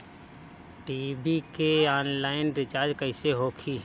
TV के online recharge कैसे होखी?